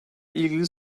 ilgili